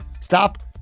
stop